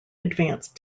advanced